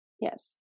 Yes